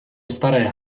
staré